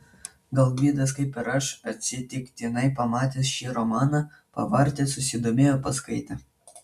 gal gvidas kaip ir aš atsitiktinai pamatęs šį romaną pavartė susidomėjo paskaitė